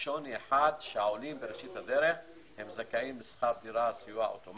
בשוני אחד שהעולים בראשית הדרך זכאים לסיוע בשכר דירה אוטומטי